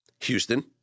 Houston